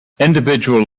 individual